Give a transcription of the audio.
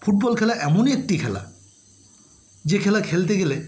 football খেলা এমনই একটি খেলা যে খেলা খেলতে গেলে